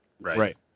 Right